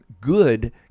good